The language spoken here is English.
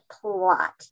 plot